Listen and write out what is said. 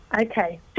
Okay